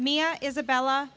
mia isabella